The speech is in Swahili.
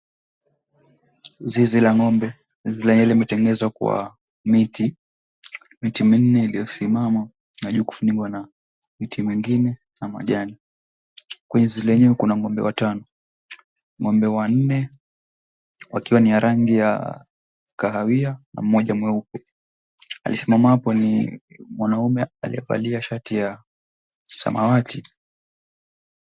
Zizi la ng'ombe. Zizi lenyewe limetengenezwa kwa miti, miti minne iliyosimama na juu kufunikwa na miti mingine na majani. Kwenye zile zizi lenyewe kuna ng'ombe watano, ng'ombe wanne wakiwa ni ya rangi ya kahawia na mmoja mweupe. Aliyesimama hapo ni mwanaume aliyevalia shati ya samawati.